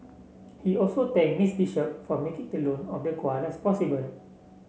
he also thanked Miss Bishop for making the loan of the koalas possible